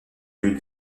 lieu